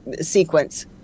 sequence